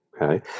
okay